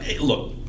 Look